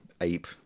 Ape